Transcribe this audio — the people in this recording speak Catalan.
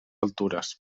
altures